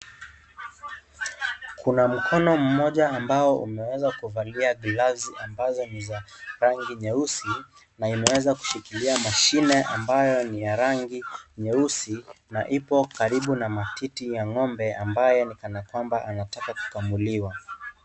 Kuna mkono mmoja ambao umeweza kuvalia glasi ambazo ni za rangi nyeusi na imeweza kushikilia mashine ambayo ni ya rangi nyeusi na ipo karibu na matiti ya ng'ombe ambaye kana kwamba anataka kukamuliwa.